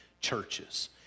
churches